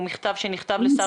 הוא מכתב שנכתב לשר המשפטים.